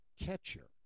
catcher